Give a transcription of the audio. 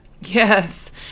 Yes